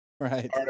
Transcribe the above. right